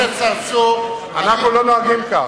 חבר הכנסת צרצור, ברשותך.